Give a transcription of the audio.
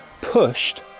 pushed